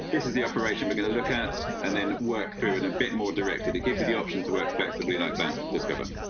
this is the operation we're going to look at and then work through and a bit more directed. it gives you the option to work flexibly like that discover,